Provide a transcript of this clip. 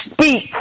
speak